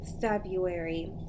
February